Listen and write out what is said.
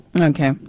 Okay